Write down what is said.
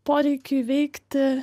poreikiui veikti